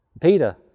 Peter